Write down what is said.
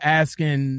asking